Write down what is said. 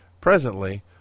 Presently